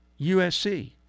USC